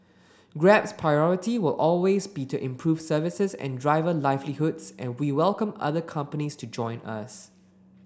grab's priority will always be to improve services and driver livelihoods and we welcome other companies to join us